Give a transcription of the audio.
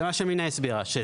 זה מה שמינה הסבירה,